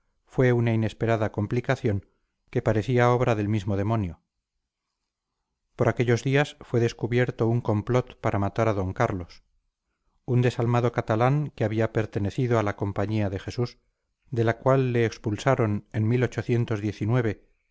fue una inesperada complicación que parecía obra del mismo demonio por aquellos días fue descubierto un complot para matar a d carlos un desalmado catalán que había pertenecido a la compañía de jesús de la cual le expulsaron en